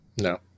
No